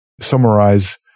summarize